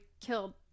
killed